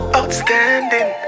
Outstanding